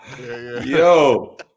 Yo